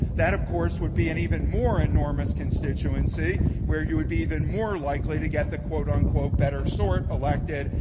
that, of course, would be an even more enormous constituency where you would be even more likely to get the quote-unquote better sort elected,